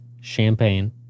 Champagne